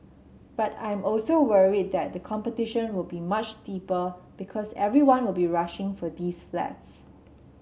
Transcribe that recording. but I am also worried that competition will be much steeper because everyone will be rushing for these flats